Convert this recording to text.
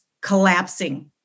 collapsing